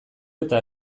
eta